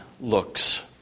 looks